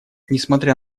несмотря